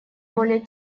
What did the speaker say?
более